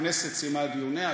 הכנסת סיימה את דיוניה.